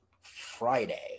Friday